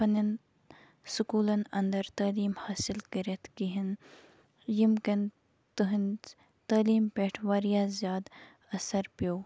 پَنٮ۪ن سکولن اَندر تعلیم حٲصل کٔرتھ کِہینہ یِمہ کِن تٔہنز تعلیم پیٹھ واریاہ زیادٕ اثر پیٚو